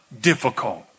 difficult